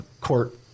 court